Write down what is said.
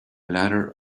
ladder